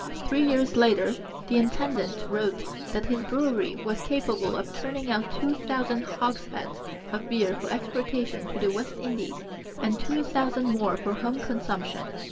three years later the intendant wrote that his brewery was capable of turning out two thousand hogsheads of beer for exportation to the west indies and two thousand more for home consumption.